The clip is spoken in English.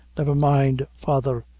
never mind, father,